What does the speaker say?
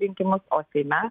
rinkimus o seime